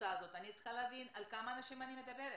הקבוצה הזאת אני צריכה להבין על כמה אנשים אני מדברת,